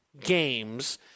games